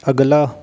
ਅਗਲਾ